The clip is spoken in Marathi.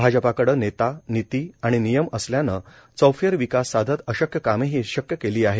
भाजपाकड नेता नीती आणि नियम असल्यान चौफेर विकास साधत अशक्य कामेही शक्य केली आहेत